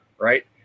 right